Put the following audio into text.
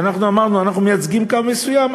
ואנחנו אמרנו: אנחנו מייצגים קו מסוים,